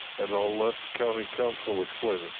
and i'll let county counsel explain it.